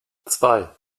zwei